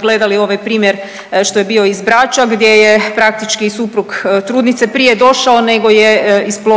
gledali ovaj primjer što je bio iz Brača gdje je praktički suprug trudnice prije došao nego je isplovila